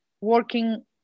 working